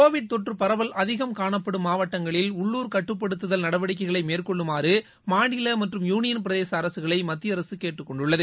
Covid தொற்று பரவல் அதிகம் காணப்படும் மாவட்டங்களில் உள்ளுர் கட்டுப்படுத்துதல் நடவடிக்கைகளை மேற்கொள்ளுமாறு மாநில மற்றும் யூனியன் பிரதேச அரசுகளை மத்திய அரசு கேட்டுக்கொண்டுள்ளது